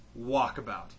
Walkabout